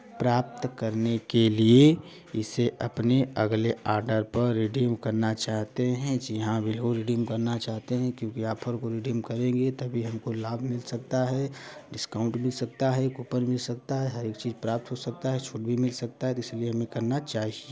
प्राप्त करने के लिए इसे अपने अगले ऑर्डर पर रिडीम करना चाहते हैं जी हाँ बिल्कुल रिडीम करना चाहते हैं क्योंकि ऑफर को रिडीम करेंगे तभी हमको लाभ मिल सकता है डिस्काउंट भी सकता है कूपन भी सकता है हरेक चीज़ प्राप्त हो सकता है छूट भी मिल सकता है तो इसलिए हमें करना चाहिए